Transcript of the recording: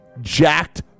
Jacked